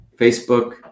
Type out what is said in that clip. Facebook